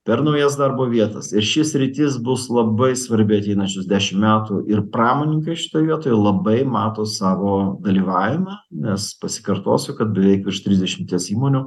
per naujas darbo vietas ir ši sritis bus labai svarbi ateinančius dešim metų ir pramonininkai šitoj vietoj labai mato savo dalyvavimą nes pasikartosiu kad beveik virš trisdešimties įmonių